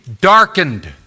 darkened